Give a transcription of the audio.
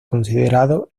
considerado